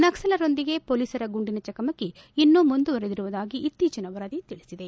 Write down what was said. ನಕ್ಷಲರೊಂದಿಗೆ ಮೊಲೀಸರ ಗುಂಡಿನ ಚಕಮಕಿ ಇನ್ನೂ ಮುಂದುವರೆದಿರುವುದಾಗಿ ಇತ್ತೀಚನ ವರದಿ ತಿಳಿಸಿದೆ